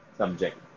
subject